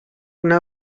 una